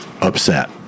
upset